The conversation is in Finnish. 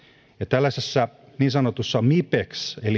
tällaisessa niin sanotussa mipex eli migrant integration policy